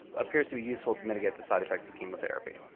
appears to be useful to mitigate the side effects of chemotherapy.